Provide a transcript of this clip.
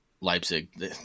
Leipzig